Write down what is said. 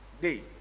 day